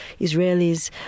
Israelis